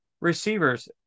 receivers